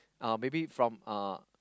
uh maybe from uh